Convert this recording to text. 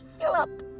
Philip